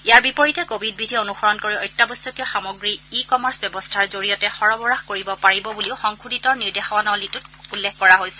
ইয়াৰ বিপৰীতে কোৱিড বিধি অনুসৰণ কৰি অত্যাৱশ্যকীয় সামগ্ৰী ই কমাৰ্চ ব্যৱস্থাৰ জৰিয়তে সৰবৰাহ কৰিব পাৰিব বুলিও সংশোধিত নিৰ্দেশাৱলীত উল্লেখ কৰা হৈছে